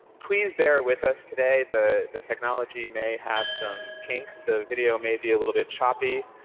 please bear with us today, the technology may have some kinks. the video may be a little bit choppy.